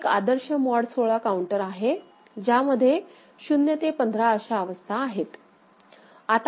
हा एक आदर्श मॉड 16 काऊंटर आहेज्यामध्ये 0 ते 15 अशा अवस्था आहेत